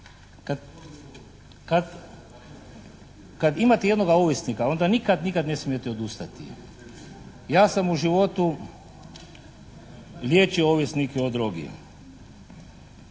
kad imate jednoga ovisnika onda nikad, nikad ne smijete odustati. Ja sam u životu liječio ovisnike o drogi